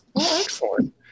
excellent